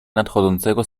nadchodzącego